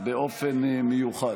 באופן מיוחד.